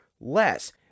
less